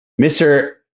Mr